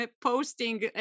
posting